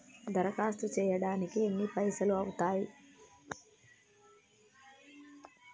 దరఖాస్తు చేయడానికి ఎన్ని పైసలు అవుతయీ?